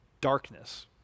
darkness